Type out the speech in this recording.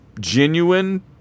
genuine